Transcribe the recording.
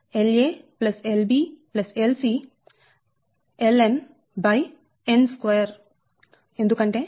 L nn2 ఎందుకంటే Lavg LaLb